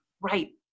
Right